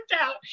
out